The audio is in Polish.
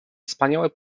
wspaniały